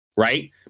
right